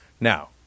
Now